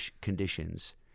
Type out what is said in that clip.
conditions